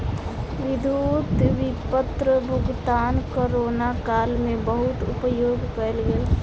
विद्युत विपत्र भुगतान कोरोना काल में बहुत उपयोग कयल गेल